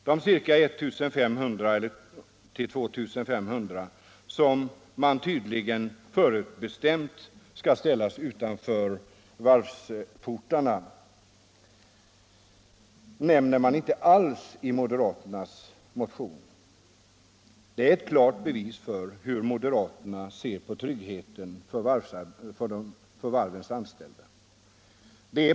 De 1 500-2 500 som man tydligen förutbestämt skall ställas utanför varvsportarna nämner man inte alls i moderaternas motion. Det är ett klart bevis för hur moderaterna ser på tryggheten för varvens anställda.